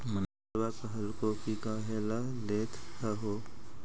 मैनेजरवा कहलको कि काहेला लेथ हहो?